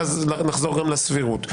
ואז נחזור גם לסבירות.